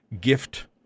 gift